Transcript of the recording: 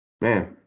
man